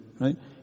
right